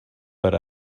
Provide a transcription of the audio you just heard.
per